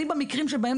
במקרים שבהם,